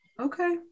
Okay